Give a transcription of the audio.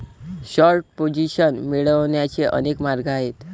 short position मिळवण्याचे अनेक मार्ग आहेत